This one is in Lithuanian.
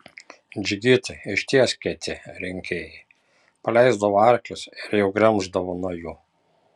džigitai iš ties kieti rinkėjai paleisdavo arklius ir jau gremždavo nuo jų